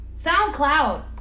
soundcloud